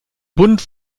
bunt